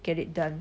get it done